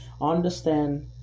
understand